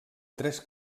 tres